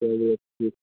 चलिए ठीक